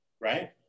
right